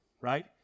right